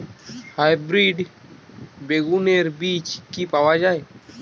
Hybrid বেগুনের বীজ কি পাওয়া য়ায়?